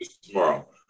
tomorrow